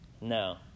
No